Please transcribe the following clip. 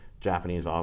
Japanese